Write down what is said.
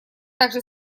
также